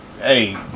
hey